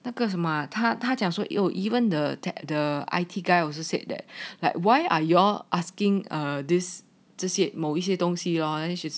那个什么他他讲说 you even the tap the I_T guy also said that like why are you asking uh this 这些某些东西 lor